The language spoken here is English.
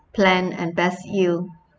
plan and best yield